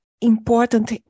important